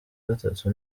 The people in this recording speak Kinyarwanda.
gatatu